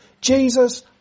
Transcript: Jesus